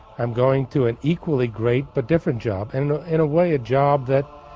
i'm going to an equally great but different job, and in a way a job that,